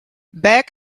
back